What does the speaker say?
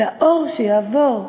והאור שיעבור,